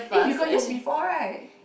eh you got use before right